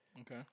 Okay